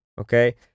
Okay